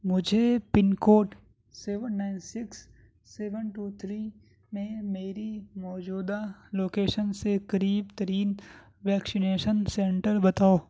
مجھے pin code seven nine six seven two three میں میری موجودہ لوکیشن سے قریب ترین ویکشینیشن سنٹر بتاؤ